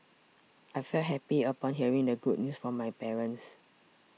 I felt happy upon hearing the good news from my parents